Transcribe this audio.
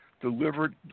delivered